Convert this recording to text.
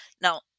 Now